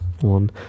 one